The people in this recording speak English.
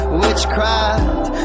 witchcraft